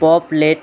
প'ৰ্টেলত